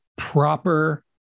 Proper